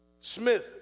Smith